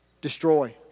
Destroy